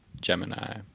Gemini